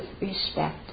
respect